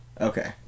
Okay